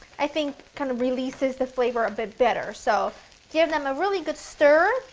ithink kind of releases the flavor a bit better. so give them a really good stir,